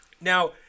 now